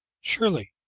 Surely